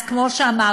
אז כמו שאמרתי,